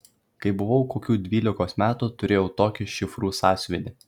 kai buvau kokių dvylikos metų turėjau tokį šifrų sąsiuvinį